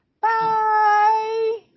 Bye